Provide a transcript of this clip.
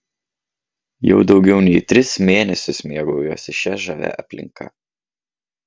jau daugiau nei tris mėnesius mėgaujuosi šia žavia aplinka